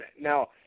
Now